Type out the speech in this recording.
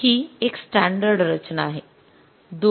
ही एक स्टँडर्ड रचना आहे